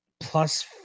Plus